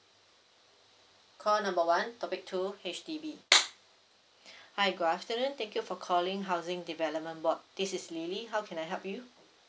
call number one topic two H_D_B hi good afternoon thank you for calling housing development board this is lily how can I help you